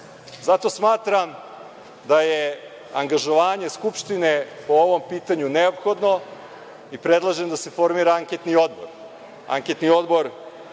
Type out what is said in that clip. smatram da je angažovanje Skupštine po ovom pitanju neophodno i predlažem da se formira anketni odbor.